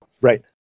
Right